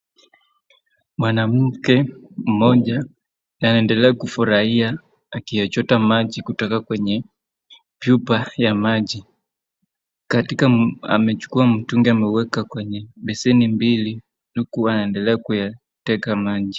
Mwanamke mmoja anaendelea kufurahia akiyachota maji kutoka kwenye pipa ya maji. Amechukua mtungi ameueka kwenye beseni mbili uku aendelea kuyateka maji.